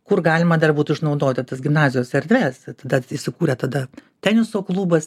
kur galima dar būtų išnaudoti tas gimnazijos erdves tai tada įsikūrė tada teniso klubas